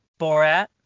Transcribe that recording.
Borat